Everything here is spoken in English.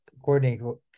coordinating